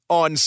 on